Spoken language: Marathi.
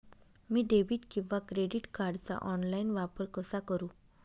मी डेबिट किंवा क्रेडिट कार्डचा ऑनलाइन वापर कसा करु?